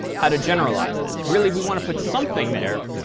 how to generalize this. really, we want to put something there,